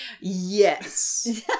Yes